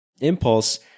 impulse